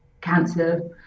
cancer